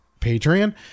patreon